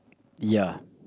ya